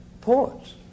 ports